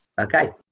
Okay